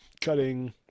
cutting